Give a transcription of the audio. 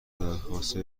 درخواست